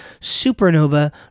supernova